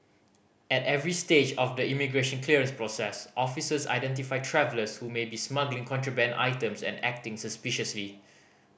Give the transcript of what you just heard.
at every stage of the immigration clearance process officers identify travellers who may be smuggling contraband items and acting suspiciously